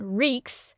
reeks